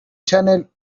channel